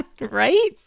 Right